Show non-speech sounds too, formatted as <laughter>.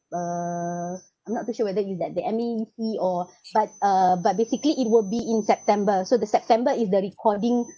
uh I'm not too sure whether is that the M_A_E_C or <breath> but uh but basically it will be in september so the september is the recording